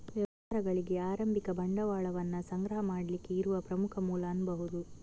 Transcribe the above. ವ್ಯವಹಾರಗಳಿಗೆ ಆರಂಭಿಕ ಬಂಡವಾಳವನ್ನ ಸಂಗ್ರಹ ಮಾಡ್ಲಿಕ್ಕೆ ಇರುವ ಪ್ರಮುಖ ಮೂಲ ಅನ್ಬಹುದು